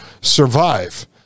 survive